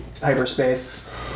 hyperspace